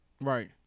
Right